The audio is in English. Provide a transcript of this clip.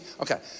okay